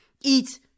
eat